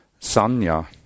sanya